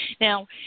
Now